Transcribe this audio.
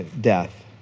death